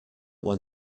when